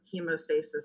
hemostasis